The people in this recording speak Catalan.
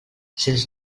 sens